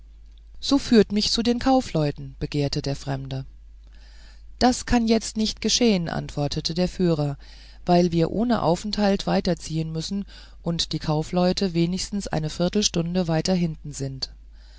so führt mich zu den kaufleuten begehrte der fremde das kann jetzt nicht geschehen antwortete der führer weil wir ohne aufhalt weiterziehen müssen und die kaufleute wenigstens eine viertelstunde weiter hinten sind